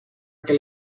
que